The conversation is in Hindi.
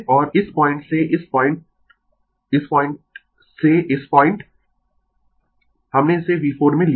और इस पॉइंट से इस पॉइंट इस पॉइंट से इस पॉइंट हमने इसे V4 में लिया